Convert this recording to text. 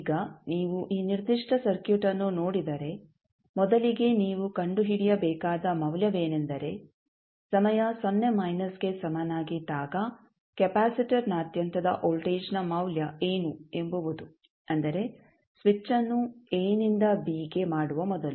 ಈಗ ನೀವು ಈ ನಿರ್ದಿಷ್ಟ ಸರ್ಕ್ಯೂಟ್ ಅನ್ನು ನೋಡಿದರೆ ಮೊದಲಿಗೆ ನೀವು ಕಂಡುಹಿಡಿಯಬೇಕಾದ ಮೌಲ್ಯವೇನೆಂದರೆ ಸಮಯ ಸೊನ್ನೆ ಮೈನಸ್ಗೆ ಸಮನಾಗಿದ್ದಾಗ ಕೆಪಾಸಿಟರ್ನಾದ್ಯಂತದ ವೋಲ್ಟೇಜ್ನ ಮೌಲ್ಯ ಏನು ಎಂಬುವುದು ಅಂದರೆ ಸ್ವಿಚ್ಅನ್ನು a ನಿಂದ b ಗೆ ಮಾಡುವ ಮೊದಲು